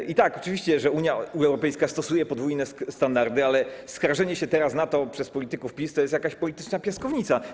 I tak, oczywiście że Unia Europejska stosuje podwójne standardy, ale skarżenie się teraz na to przez polityków PiS to jest jakaś polityczna piaskownica.